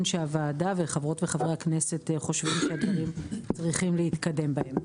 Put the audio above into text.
שהוועדה וחברות וחברי הכנסת חושבים שהדברים להתקדם בהם.